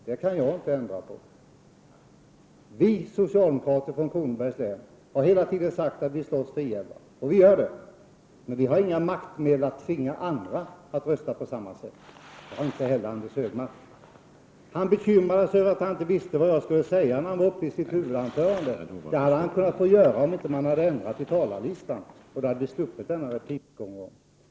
Det kan jag inte ändra på. Vi socialdemokrater från Kronobergs län har hela tiden sagt att vi slåss för I 11, och vi gör det, men vi har inga maktmedel att tvinga andra att rösta på samma sätt. Det har inte heller Anders G Högmark. När Anders G Högmark höll sitt huvudanförande bekymrade han sig över att han inte visste vad jag skulle säga. Det bekymret hade han kunnat slippa, om man inte hade ändrat i talarlistan, och då hade vi också sluppit denna replikomgång.